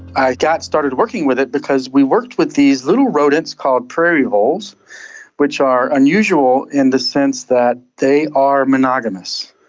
i got started working with it because we worked with these little rodents called prairie voles which are unusual in the sense that they are monogamous.